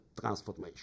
transformation